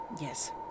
Yes